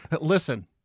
Listen